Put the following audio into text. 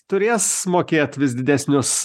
turės mokėt vis didesnius